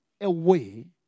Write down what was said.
away